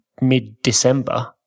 mid-December